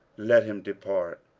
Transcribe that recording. let him depart.